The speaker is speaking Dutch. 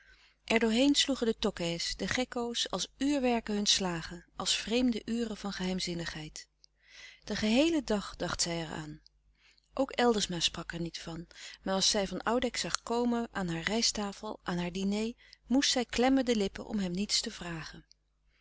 heen sloegen de tokkè's de gekko's als uurwerken hun slagen als vreemde uren van geheimzinnigheid den geheelen dag dacht zij er aan ook eldersma sprak er niet van maar als zij van oudijck zag komen aan haar rijsttafel aan haar diner moest zij klemmen de lippen om hem niets te vragen